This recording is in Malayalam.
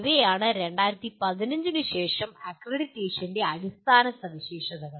ഇവയാണ് 2015 ശേഷം അക്രഡിറ്റേഷൻ്റെ അടിസ്ഥാന സവിശേഷതകൾ